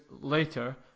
later